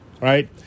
Right